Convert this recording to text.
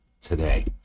today